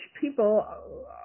people